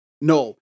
no